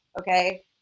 Okay